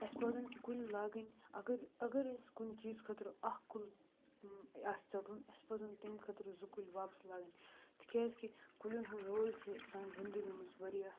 اَسہ پَزَن کُلۍ لاگٕنۍ اَگَر اَگَر أسۍ کُنہِ چیٖز خٲطرٕ اَکھ کُل آسہِ ژَٹُن اَسہِ پَزَن تمہِ خٲطرٕ زٕ کُلۍ واپَس لاگٕنۍ تَکیاز کہِ کُلٮ۪ن ہُنٛد رول چھُ سانہِ زِندگی مَنٛز واریاہ